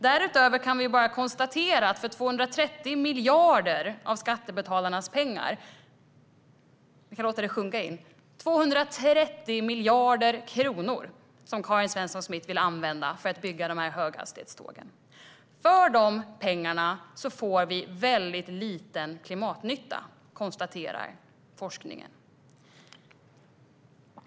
Därutöver kan vi konstatera att för 230 miljarder av skattebetalarnas pengar - vi kan låta det sjunka in: 230 miljarder kronor, som Karin Svensson Smith vill använda för att bygga höghastighetståg - får vi väldigt liten klimatnytta. Det konstaterar forskningen.